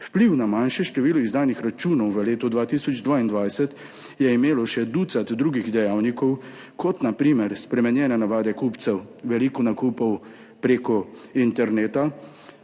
Vpliv na manjše število izdanih računov v letu 2022 je imelo še ducat drugih dejavnikov, kot na primer spremenjene navade kupcev, veliko nakupov preko interneta